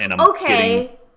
Okay